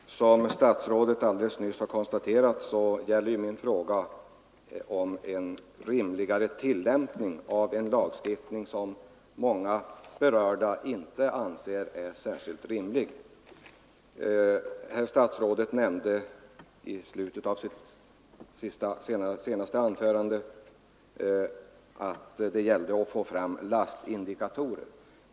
Herr talman! Som statsrådet alldeles nyss har konstaterat gäller min fråga en rimligare tillämpning av lagstiftningen rörande överlastavgift. Det är här fråga om en tillämpning som många berörda inte anser vara särskilt rimlig. Herr statsrådet nämnde i slutet av sitt senaste anförande att det gällde att få fram lastindikatorer.